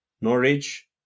Norwich